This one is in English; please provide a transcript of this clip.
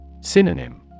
Synonym